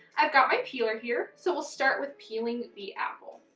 i've got my peeler here. so we'll start with peeling the apple.